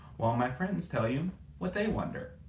while my friends tell you what they wonder.